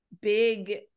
big